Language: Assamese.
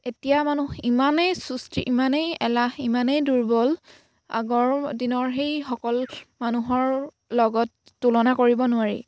এতিয়া মানুহ ইমানেই চুস্তি ইমানেই এলাহ ইমানেই দুৰ্বল আগৰ দিনৰ সেইসকল মানুহৰ লগত তুলনা কৰিব নোৱাৰি